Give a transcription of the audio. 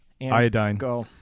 Iodine